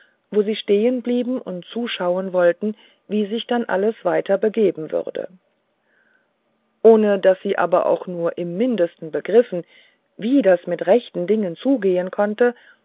wo sie stehen blieben und zuschauen wollten wie sich dann alles begeben würde ohne daß sie aber auch nur im mindesten begriffen wie das mit rechten dingen zugehen konnte